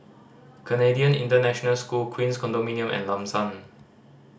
Canadian International School Queens Condominium and Lam San